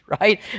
right